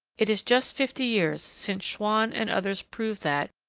it is just fifty years since schwann and others proved that,